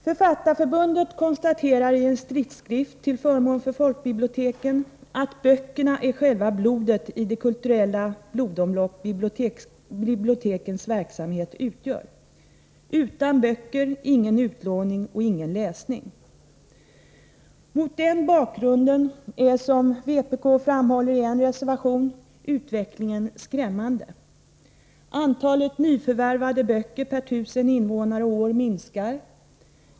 Författarförbundet konstaterar i en stridsskrift till förmån för folkbiblioteken att böckerna är själva blodet i det kulturella blodomlopp bibliotekens verksamhet utgör. Utan böcker ingen utlåning och ingen läsning. Mot den bakgrunden är, som vpk framhåller i en reservation, utvecklingen skrämmande. Antalet nyförvärvade böcker per tusen invånare och år minskar.